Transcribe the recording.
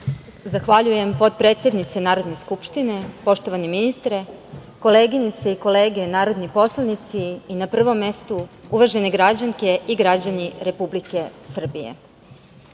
Zahvaljujem potpredsednice Narodne skupštine. Poštovani ministre, koleginice i kolege narodni poslanici, i na prvom mestu uvažene građanke i građani Republike Srbije,